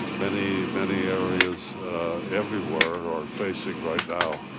many, many areas everywhere are facing right now.